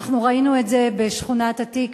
ראינו את זה בשכונת-התקווה